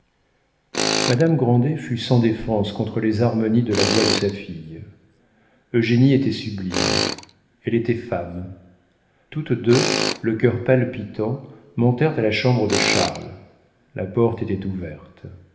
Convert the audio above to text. madame grandet fut sans défense contre les harmonies de la voix de sa fille eugénie était sublime elle était femme toutes deux le cœur palpitant montèrent à la chambre de charles la porte était ouverte